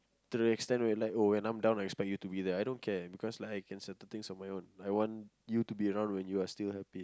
to the extent where like oh when I'm done I expect you to be there I don't care because I can settle things on my own I want you to be around when you are still happy